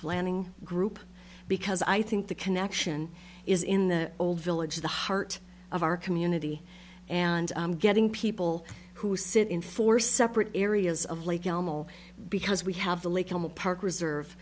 planning group because i think the connection is in the old village the heart of our community and getting people who sit in four separate areas of lake because we have the lake park reserve